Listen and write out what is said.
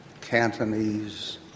Cantonese